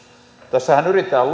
tässähän yritetään